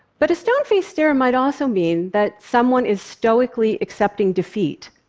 but a stone-faced stare and might also mean that someone is stoically accepting defeat,